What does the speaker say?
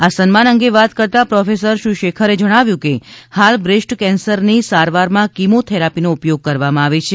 આ સન્માન અંગે વાત કરતા પ્રોફેસર શ્રી શેખરે જણાવ્યું હતું કે હાલ બ્રેસ્ટ કેન્સરની સારવામાં કીમો થેરાપીનો ઉપયોગ કરવામાં આવે છે